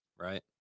Right